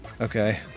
okay